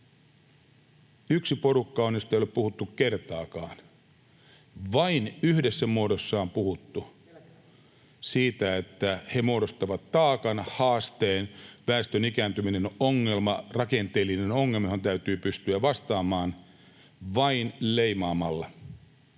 yksi porukka, josta ei ole puhuttu kertaakaan — vain yhdessä muodossaan puhuttu. [Mika Niikko: Eläkeläiset!] On puhuttu, että he muodostavat taakan, haasteen: väestön ikääntyminen on ongelma, rakenteellinen ongelma, johon täytyy pystyä vastaamaan vain leimaamalla.